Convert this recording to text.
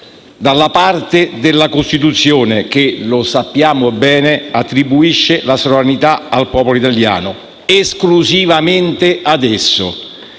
dalla parte della Costituzione, che - lo sappiamo bene - attribuisce la sovranità al popolo italiano: esclusivamente a esso.